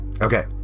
okay